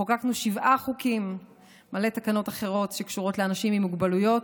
חוקקנו שבעה חוקים ומלא תקנות אחרות שקשורות לאנשים עם מוגבלויות.